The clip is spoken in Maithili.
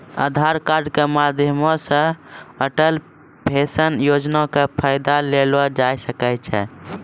आधार कार्ड के माध्यमो से अटल पेंशन योजना के फायदा लेलो जाय सकै छै